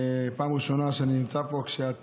פעם ראשונה שאני נמצא פה כשאת